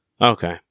Okay